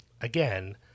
again